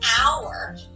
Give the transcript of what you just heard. hour